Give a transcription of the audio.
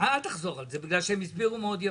אל תחזור על זה, הן הסבירו מאוד יפה.